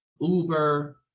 Uber